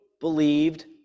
believed